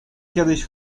kiedyś